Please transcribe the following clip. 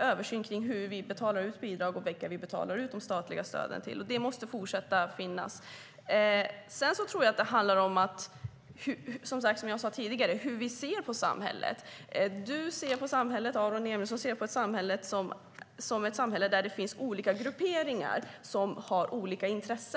översyn av hur vi betalar ut bidrag och vilka vi betalar ut de statliga stöden till. Det måste fortsätta att finnas. Som jag sa tidigare tror jag att det handlar om hur vi ser på samhället. Aron Emilsson ser på samhället som att där finns olika grupperingar som har olika intressen.